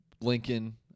Lincoln